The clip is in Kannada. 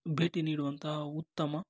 ಭೇಟಿ ನೀಡುವಂತಹ ಉತ್ತಮ